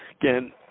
again